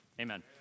Amen